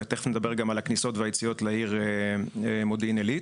תיכף נדבר גם על הכניסות והיציאות לעיר מודיעין עילית.